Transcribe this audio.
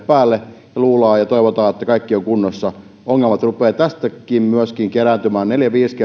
päälle ja luullaan ja toivotaan että kaikki on kunnossa ongelmat rupeavat myöskin tästä kerääntymään kun neljä viisi